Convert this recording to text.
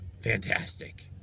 fantastic